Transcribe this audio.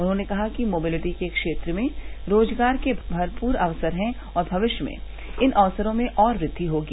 उन्होंने कहा कि मोबिलिटी के क्षेत्र में रोजगार के भरपूर अवसर है और भविष्य में इन अवसरों में और वृद्धि होगी